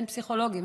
אין פסיכולוגים,